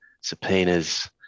subpoenas